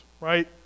right